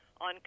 on